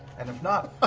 and if not,